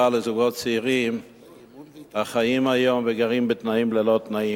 לזוגות צעירים החיים היום וגרים בתנאים לא תנאים,